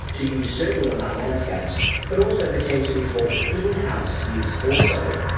to use certainly on our landscapes but also potentially for in-house use also,